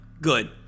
Good